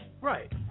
Right